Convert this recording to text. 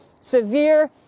severe